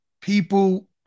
People